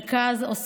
מרכז או ספר,